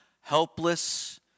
helpless